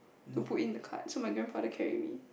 to put in the card so my grandfather carry me